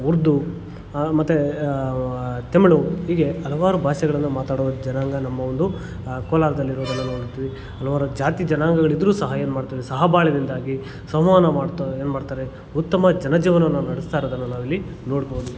ಉರ್ದು ಮತ್ತು ತಮಿಳು ಹೀಗೆ ಹಲವಾರು ಭಾಷೆಗಳನ್ನ ಮಾತಾಡುವ ಜನಾಂಗ ನಮ್ಮ ಒಂದು ಕೋಲಾರದಲ್ಲಿ ಇರೋದನ್ನು ನೋಡ್ತೀವಿ ಹಲವಾರು ಜಾತಿ ಜನಾಂಗಗಳಿದ್ರು ಸಹ ಏನ್ಮಾಡ್ತೇವೆ ಸಹಬಾಳ್ವೆಯಿಂದಾಗಿ ಸಂವಹನ ಮಾಡ್ತಾ ಏನು ಮಾಡ್ತಾರೆ ಉತ್ತಮ ಜನ ಜೀವನವನ್ನು ನಡೆಸ್ತಾಯಿರೋದನ್ನು ನಾವಿಲ್ಲಿ ನೋಡ್ಬೋದು